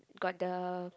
got the